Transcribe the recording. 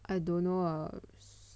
I don't know ah